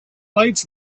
lights